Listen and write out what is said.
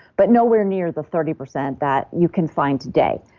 but nowhere near the thirty percent that you can find today.